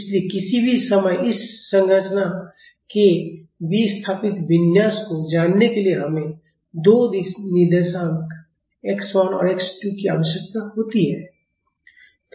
इसलिए किसी भी समय इस संरचना के विस्थापित विन्यास को जानने के लिए हमें दो निर्देशांक x 1 और x 2 की आवश्यकता होती है